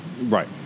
Right